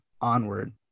onward